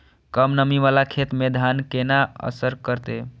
कम नमी वाला खेत में धान केना असर करते?